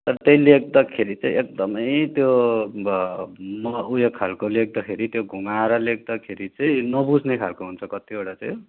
तर त्यो लेख्दाखेरि चाहिँ एकदमै त्यो अब उयो खाल्को लेख्दाखेरि त्यो घुमाएर लेख्दाखेरि चाहिँ नबुझ्ने हुन्छ कतिवटा चाहिँ हो